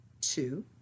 two